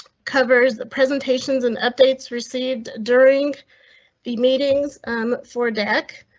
covers the presentations and updates received during the meetings um for dec.